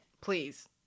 Please